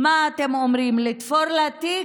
מה אתם אומרים, לתפור לה תיק?